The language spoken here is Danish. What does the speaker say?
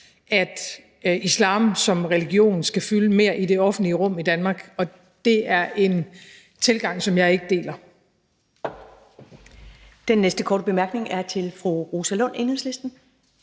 at islam som religion skal fylde mere i det offentlige rum i Danmark, og det er en tilgang, som jeg ikke deler. Kl. 10:18 Første næstformand (Karen